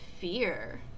fear